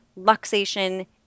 luxation